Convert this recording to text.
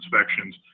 inspections